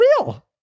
real